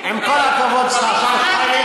עם כל הכבוד לשר שטייניץ,